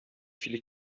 viele